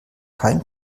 kein